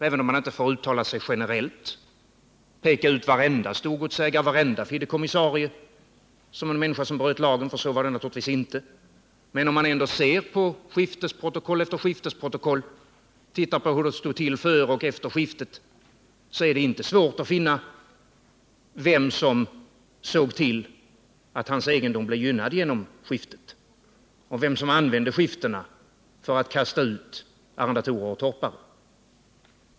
Man kan inte uttala sig generellt och peka på varenda storgodsägare och varenda fideikommissarie såsom en människa som bröt mot lagen, för så var det naturligtvis inte. Men ser man på skiftesprotokoll efter skiftesprotokoll och undersöker hur det stod till före och efter skiftet, är det inte svårt att visa vem som såg till att hans egendom blev gynnad genom skiftet och vem som använde skiftet för att kasta ut arrendatorer och torpare.